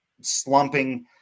slumping